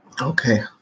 Okay